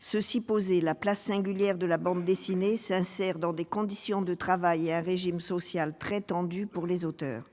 Reste que la place singulière de la bande dessinée s'insère dans des conditions de travail et un régime social très tendus pour les auteurs.